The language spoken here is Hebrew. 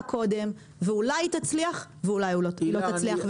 קודם ואולי היא תצליח ואולי היא לא תצליח.